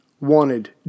wanted